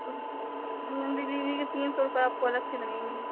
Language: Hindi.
तो होम डिलेवरी के तीन सौ रुपये आपको अलग से लगेंगे